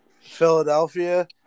Philadelphia